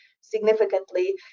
significantly